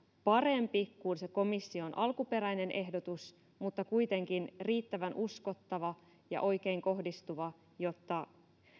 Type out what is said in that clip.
parempi kuin se komission alkuperäinen ehdotus mutta kuitenkin riittävän uskottava ja oikein kohdistuva jotta